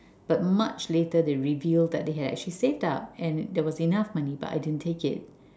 but much later they revealed that they had actually saved up and there was enough money but I didn't take it